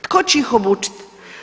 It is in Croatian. Tko će ih obučit?